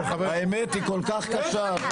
האמת היא כל כך קשה.